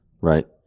Right